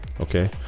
Okay